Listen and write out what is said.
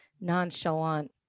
nonchalant